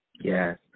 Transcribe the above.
Yes